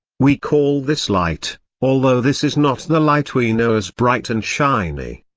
we call this light, although this is not the light we know as bright and shiny.